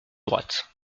droite